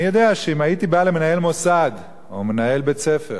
אני יודע שאם הייתי בא למנהל מוסד או מנהל בית-ספר